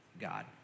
God